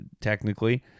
technically